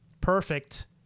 Perfect